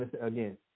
Again